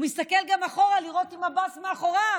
הוא מסתכל גם אחורה לראות אם עבאס מאחוריו,